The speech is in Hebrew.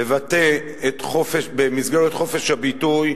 לבטא, במסגרת חופש הביטוי,